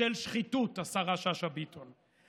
של שחיתות, השרה שאשא ביטון.